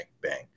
Bang